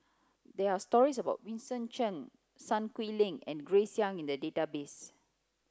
there are stories about Vincent Cheng Sun ling and Grace Young in the database